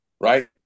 right